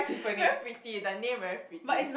very pretty the name very pretty